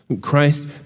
Christ